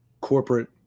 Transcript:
corporate